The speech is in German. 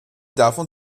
davon